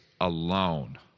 alone